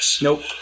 Nope